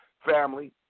family